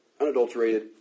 Unadulterated